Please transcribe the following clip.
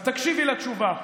אז תקשיבי לתשובה,